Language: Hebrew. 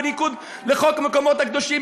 בניגוד לחוק המקומות הקדושים,